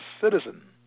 citizen